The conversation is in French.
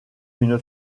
une